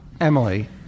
Emily